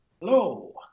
Hello